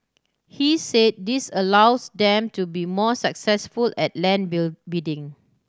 he said this allows them to be more successful at land bill bidding